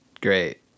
Great